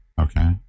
Okay